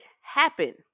happen